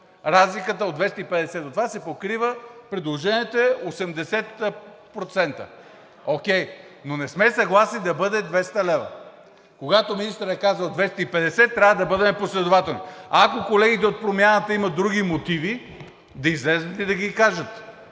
разликата от 250 до това се покрива. Предложението е 80%, окей, но не сме съгласни да бъде 200 лв. Когато министърът е казал 250, трябва да бъдем последователни. Ако колегите от Промяната имат други мотиви, да излязат и да ги кажат,